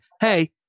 hey